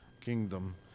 kingdom